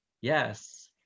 Yes